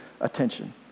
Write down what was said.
attention